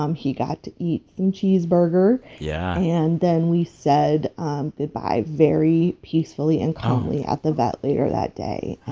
um he got to eat some cheeseburgers yeah and then we said goodbye very peacefully and calmly after that later that day.